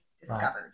discovered